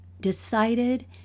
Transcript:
decided